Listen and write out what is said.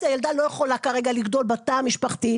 הילדה לא יכולה כרגע לגדול בתא המשפחתי.